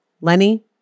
Lenny